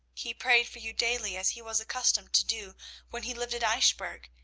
he prayed for you daily, as he was accustomed to do when he lived at eichbourg,